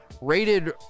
rated